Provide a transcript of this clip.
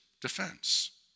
defense